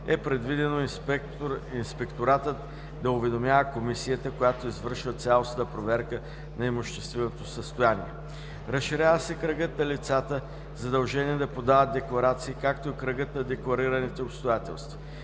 е предвидено Инспекторатът да уведомява Комисията, която извършва цялостна проверка на имущественото състояние. Разширява се кръгът на лицата, задължени да подават декларации, както и кръгът на декларираните обстоятелства.